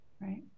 Right